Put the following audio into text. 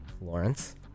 Lawrence